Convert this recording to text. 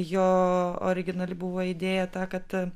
jo originali buvo idėja ta kad